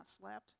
slept